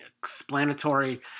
explanatory